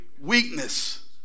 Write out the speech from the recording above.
Weakness